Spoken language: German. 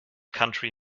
country